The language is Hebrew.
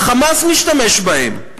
ה"חמאס" משתמש בהם.